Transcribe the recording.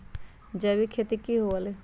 जैविक खेती की हुआ लाई?